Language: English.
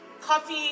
coffee